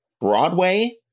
Broadway